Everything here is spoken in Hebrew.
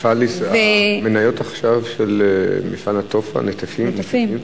המניות של מפעל "נטפים"